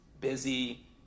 busy